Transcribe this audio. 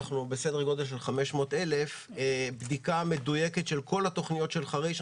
שאנחנו בסדר גודל של 500,000 בבדיקה מדויקת של כל התכניות של חריש.